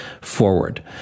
forward